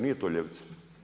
Nije to ljevica.